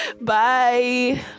bye